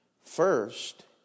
First